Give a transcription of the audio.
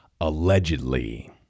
allegedly